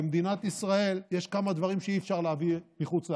במדינת ישראל יש כמה דברים שאי-אפשר להביא מחוץ לארץ: